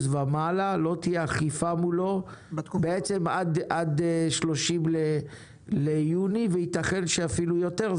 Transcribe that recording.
ומעלה עד 30 ביוני ויתכן אפילו יותר,